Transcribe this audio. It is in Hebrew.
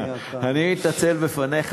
אני מתנצל בפניך,